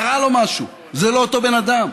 קרה לו משהו, זה לא אותו בן אדם.